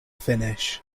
finish